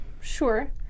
sure